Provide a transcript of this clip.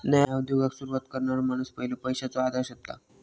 नया उद्योगाक सुरवात करणारो माणूस पयलो पैशाचो आधार शोधता